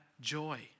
joy